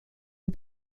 des